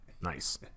nice